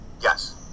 Yes